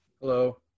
Hello